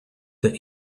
that